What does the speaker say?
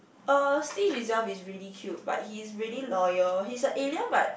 uh Stitch itself is really cute but he is really loyal he is a alien but